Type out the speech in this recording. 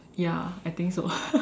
ya I think so